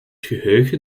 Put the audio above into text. geheugen